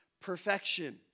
perfection